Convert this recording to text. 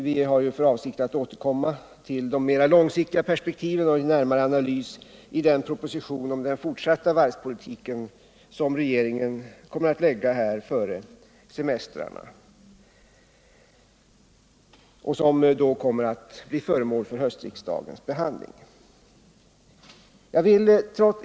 Regeringen har för avsikt att återkomma till de mera långsiktiga perspektiven och närmare analysera problemen i den proposition om den fortsatta varvspolitiken som kommer att läggas fram före semestrarnas början och som således kommer att bli föremål för höstriksdagens behandling.